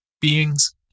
beings